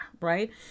right